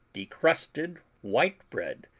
decrusted, white bread,